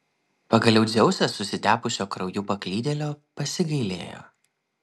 pagaliau dzeusas susitepusio krauju paklydėlio pasigailėjo